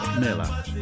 Miller